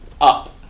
up